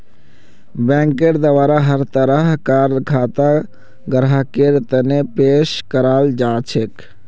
बैंकेर द्वारा हर तरह कार खाता ग्राहकेर तने पेश कराल जाछेक